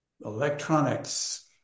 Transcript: electronics